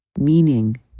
meaning